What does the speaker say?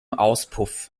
auspuff